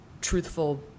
truthful